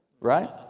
right